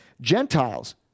Gentiles